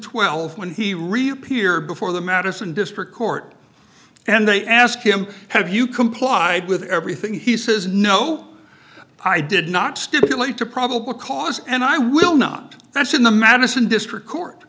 twelve when he reappeared before the madison district court and they asked him have you complied with everything he says no i did not stipulate to probable cause and i will not that's in the madison district court